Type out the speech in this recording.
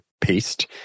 paste